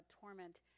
torment